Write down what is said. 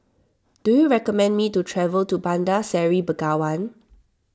do you recommend me to travel to Bandar Seri Begawan